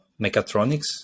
mechatronics